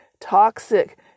toxic